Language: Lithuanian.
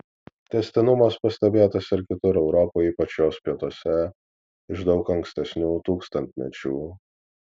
tęstinumas pastebėtas ir kitur europoje ypač jos pietuose iš daug ankstesnių tūkstantmečių